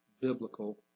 biblical